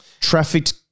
trafficked